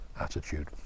attitude